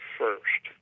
first